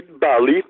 Bali